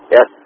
Yes